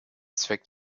zweck